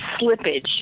slippage